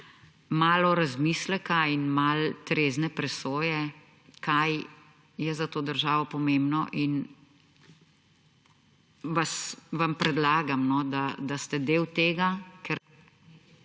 malo razmisleka in malo trezne presoje, kaj je za to državo pomembno. Predlagam vam, da ste del tega, ker